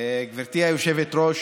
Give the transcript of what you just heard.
גברתי היושבת-ראש,